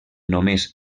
només